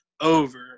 over